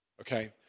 Okay